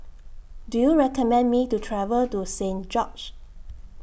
Do YOU recommend Me to travel to Saint George's